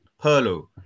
Perlo